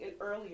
earlier